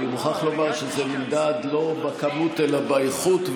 אני מוכרח לומר שזה נמדד לא בכמות אלא באיכות,